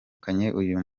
uyu